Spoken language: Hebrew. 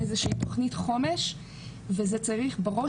איזו שהיא תכנית חומש וזה צריך בראש